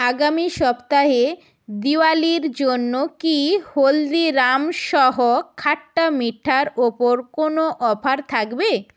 আগামি সপ্তাহে দিওয়ালির জন্য কি হলদিরামসহ খাট্টা মিঠার ওপর কোনো অফার থাকবে